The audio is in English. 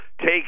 take